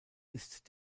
ist